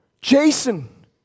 Jason